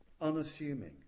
unassuming